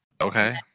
okay